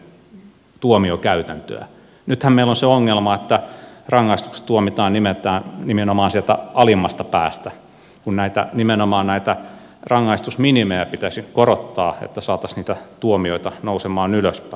nythän meillä on se ongelma että rangaistukset tuomitaan nimenomaan sieltä alimmasta päästä kun nimenomaan näitä rangaistusminimejä pitäisi korottaa että saataisiin niitä tuomioita nousemaan ylöspäin